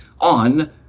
On